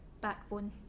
backbone